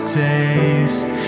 taste